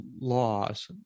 laws